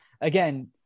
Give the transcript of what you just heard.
again